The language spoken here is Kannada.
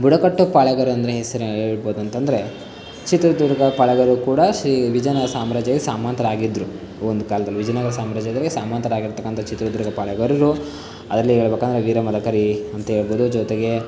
ಬುಡಕಟ್ಟು ಪಾಳೇಗಾರರೆಂದ್ರೆ ಹೆಸರೇ ಹೇಳಬಹುದು ಅಂತಂದ್ರೆ ಚಿತ್ರದುರ್ಗ ಪಾಳೇಗಾರರು ಕೂಡ ಶ್ರೀ ವಿಜಯನಗರ ಸಾಮ್ರಾಜ್ಯದ ಸಾಮಂತರಾಗಿದ್ರು ಒಂದು ಕಾಲದಲ್ಲಿ ವಿಜಯನಗರ ಸಾಮ್ರಾಜ್ಯದವ್ರಿಗೆ ಸಾಮಂತರಾಗಿರತಕ್ಕಂತಹ ಚಿತ್ರದುರ್ಗದ ಪಾಳೇಗಾರರು ಅದರಲ್ಲಿ ಹೇಳ್ಬೇಕೂಂದ್ರೆ ವೀರ ಮದಕರಿ ಅಂತ ಹೇಳಬಹುದು ಜೊತೆಗೆ